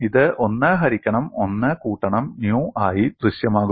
ഇത് 1 ഹരിക്കണം 1 കൂട്ടണം ന്യൂ ആയി ദൃശ്യമാകുന്നു